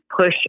push